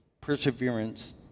perseverance